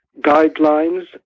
guidelines